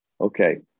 Okay